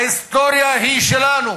ההיסטוריה היא שלנו,